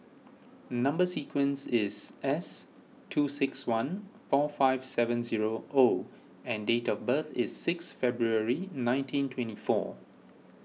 Number Sequence is S two six one four five seven zero O and date of birth is six February nineteen twenty four